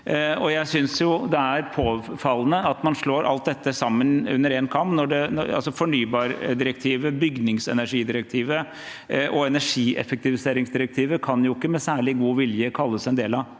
jeg synes det er påfallende at man skjærer alt dette over én kam. Fornybardirektivet, bygningsenergidirektivet og energieffektiviseringsdirektivet kan ikke med særlig god vilje kalles en del av